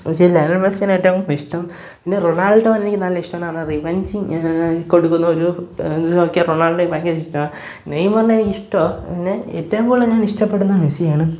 എനിക്ക് ലയണൽ മെസ്സിനെ ഏറ്റവും ഇഷ്ടം പിന്നെ റൊണാൾഡോനെ എനിക്ക് നല്ല ഇഷ്ടമാണ് അത് റിവെഞ്ചിങ് കൊടുക്കുന്നൊരു ഇത് നോക്കിയാൽ റൊണാൾഡോ എനിക്ക് ഭയങ്കര ഇഷ്ടമാണ് നെയ്മറിനെ എനിക്ക് ഇഷ്ടവ പിന്നെ ഏറ്റവും കൂടുതൽ ഞാൻ ഇഷ്ടപ്പെടുന്ന മെസ്സിയാണ്